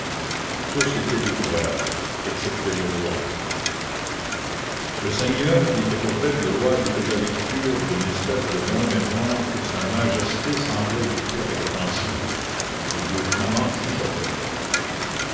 tous étaient découverts excepté le roi le seigneur qui était auprès du roi lui faisait lecture d'une espèce de long mémoire que sa majesté semblait écouter avec attention les deux flamands chuchotaient